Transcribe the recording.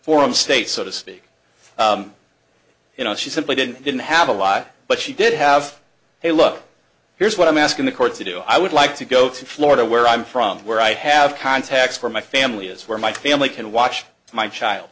form state so to speak you know she simply didn't didn't have a lot but she did have a look here's what i'm asking the court to do i would like to go to florida where i'm from where i have contacts for my family is where my family can watch my child